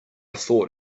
thought